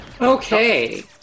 Okay